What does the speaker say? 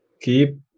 keep